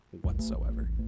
whatsoever